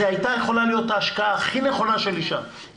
זו הייתה יכולה להיות ההשקעה הכי נכונה של אישה.